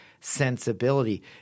sensibility